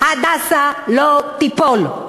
"הדסה" לא ייפול,